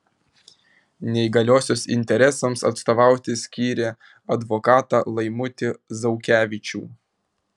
neįgaliosios interesams atstovauti skyrė advokatą laimutį zaukevičių